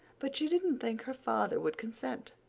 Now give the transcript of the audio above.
but she didn't think her father would consent.